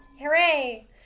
hooray